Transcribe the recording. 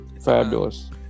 fabulous